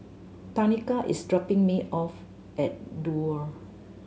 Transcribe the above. Tanika is dropping me off at Duo